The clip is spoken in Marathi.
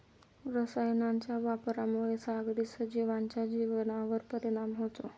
रसायनांच्या वापरामुळे सागरी सजीवांच्या जीवनावर परिणाम होतो